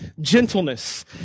Gentleness